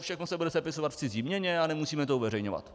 Všechno se bude sepisovat v cizí měně a nemusíme to uveřejňovat.